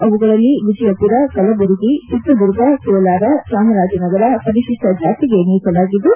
ಅವುಗಳಲ್ಲಿ ವಿಜಯಪುರ ಕಲಬುರಗಿ ಚಿತ್ರದುರ್ಗ ಕೋಲಾರ ಚಾಮರಾಜನಗರ ಪರಿಶಿಷ್ಷ ಜಾತಿಗೆ ಮೀಸಲಾಗಿದ್ದು